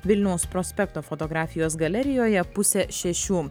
vilniaus prospekto fotografijos galerijoje pusę šešių